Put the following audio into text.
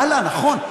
ואללה, נכון.